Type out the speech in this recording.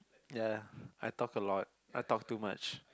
ya I talk a lot I talk too much